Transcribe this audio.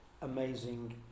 amazing